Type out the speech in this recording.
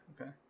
okay